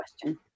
question